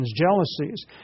jealousies